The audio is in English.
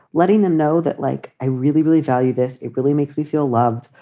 letting them know that, like, i really, really value this. it really makes me feel loved.